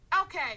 Okay